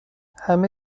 همه